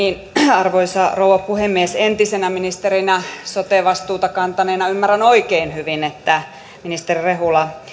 arvoisa rouva puhemies entisenä ministerinä sote vastuuta kantaneena ymmärrän oikein hyvin että ministeri rehula